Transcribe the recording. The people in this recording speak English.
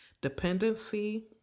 Dependency